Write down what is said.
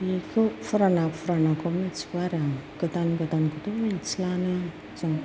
बेखौ फुराना फुरानाखौ मिथिगौ आरो आं गोदान गोदानखौथ' मिथिलानो जों